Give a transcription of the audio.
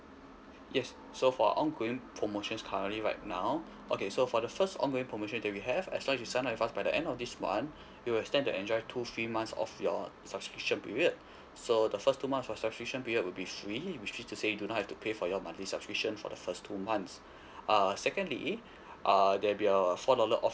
yes so for our ongoing promotions currently right now okay so for the first ongoing promotion that we have as long you sign up with us by the end of this month you'll stand to enjoy two free months of your subscription period so the first two months of your subscription period will be free which means to say do not have to pay for your monthly subscription for the first two months err secondly uh there'll be a four dollar off